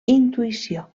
intuïció